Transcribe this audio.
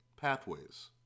pathways